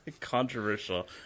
Controversial